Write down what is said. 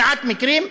מעט מקרים,